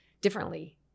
differently